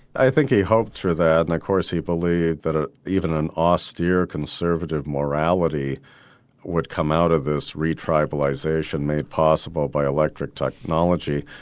i think he hoped for that and of course he believed that ah even an austere conservative morality would come out of this retribalisation made possible by electric technology.